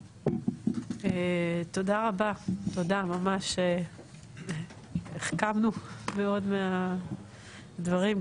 תודה רבה ממש החכמנו מאוד מהדברים.